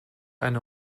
eine